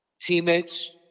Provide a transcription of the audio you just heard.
teammates